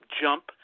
jump